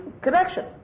connection